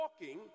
walking